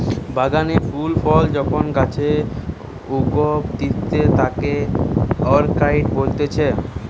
বাগানে ফুল ফল যখন গাছে উগতিচে তাকে অরকার্ডই বলতিছে